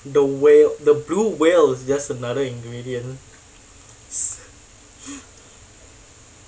the whale the blue whale is just another ingredient